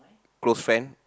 close friend